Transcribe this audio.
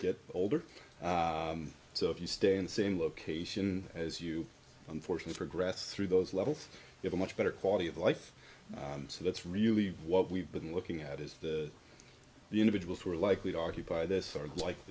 get older so if you stay in the same location as you unfortunate progress through those levels get a much better quality of life so that's really what we've been looking at is the individuals who are likely to occupy this sort of like